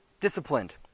disciplined